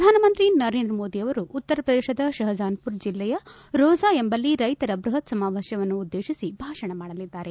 ಪ್ರಧಾನಮಂತ್ರಿ ನರೇಂದ್ರ ಮೋದಿ ಅವರು ಉತ್ತರಪ್ರದೇಶದ ಶಹಜಹಾನ್ಮರ್ ಜಿಲ್ಲೆಯ ರೋಸಾ ಎಂಬಲ್ಲಿ ರೈತರ ಬೃಹತ್ ಸಮಾವೇಶವನ್ನುದ್ದೇಶಿಸಿ ಭಾಷಣ ಮಾಡುತ್ತಿದ್ದಾರೆ